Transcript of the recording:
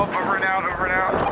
over and out, over and out.